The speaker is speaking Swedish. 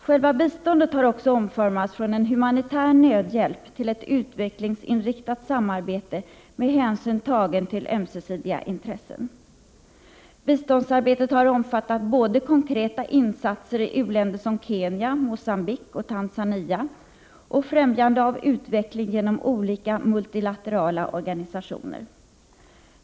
Själva biståndet har också omformats från en humanitär nödhjälp till ett utvecklingsinriktat samarbete med hänsyn tagen till ömsesidiga intressen. Biståndsarbetet har omfattat både konkreta insatser i u-länder som Kenya, Mogambique och Tanzania, och främjande av utveckling genom olika multilaterala organisationer.